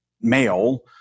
male